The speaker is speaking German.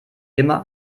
immer